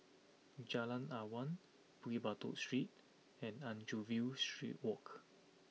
Jalan Awan Bukit Batok Street and Anchorvale Street Walk